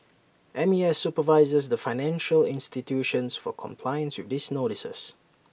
M A S supervises the financial institutions for compliance with these notices